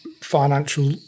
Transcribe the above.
financial